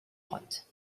grottes